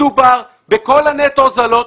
מדובר בכל הנטו הוזלות.